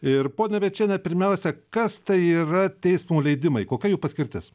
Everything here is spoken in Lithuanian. ir ponia bėčiene pirmiausia kas tai yra teismo leidimai kokia jų paskirtis